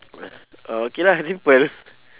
oh okay lah simple